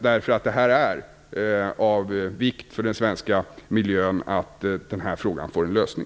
Det är av vikt för den svenska miljön att den här frågan får en lösning.